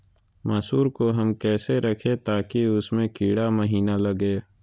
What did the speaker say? मसूर को हम कैसे रखे ताकि उसमे कीड़ा महिना लगे?